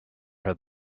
had